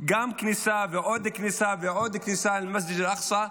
שעוד כניסה ועוד כניסה למסג'ד אל-אקצא,